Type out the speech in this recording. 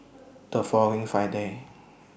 The following Friday